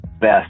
best